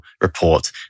report